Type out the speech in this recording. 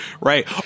Right